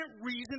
reason